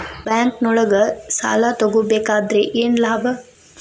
ಬ್ಯಾಂಕ್ನೊಳಗ್ ಸಾಲ ತಗೊಬೇಕಾದ್ರೆ ಏನ್ ಲಾಭ?